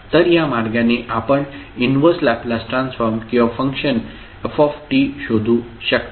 तर या मार्गाने आपण इनव्हर्स लॅपलास ट्रान्सफॉर्म किंवा फंक्शन f शोधू शकता